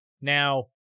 now